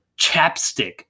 chapstick